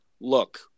Look